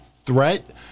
threat